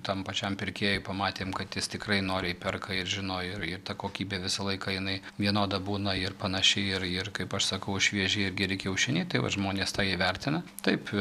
tam pačiam pirkėjui pamatėm kad jis tikrai noriai perka ir žino ir ir ta kokybė visą laiką jinai vienoda būna ir panaši ir ir kaip aš sakau švieži ir geri kiaušiniai tai vat žmonės tą įvertina taip